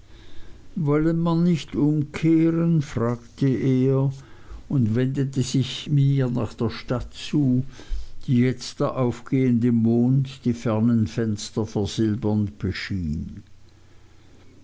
wollen wir nicht umkehren fragte er und wendete sich mit mir nach der stadt zu die jetzt der aufgehende mond die fernen fenster versilbernd beschien